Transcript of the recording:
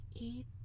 eat